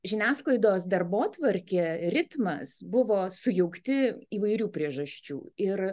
žiniasklaidos darbotvarkę ritmas buvo sujaukti įvairių priežasčių ir